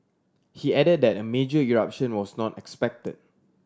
he added that a major eruption was not expected